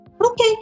Okay